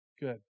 good